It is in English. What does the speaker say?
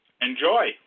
enjoy